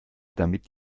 damit